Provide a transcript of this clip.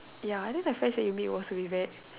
ya I think the friends that you meet was really bad